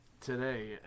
today